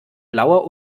blauer